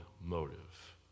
motive